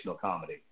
comedy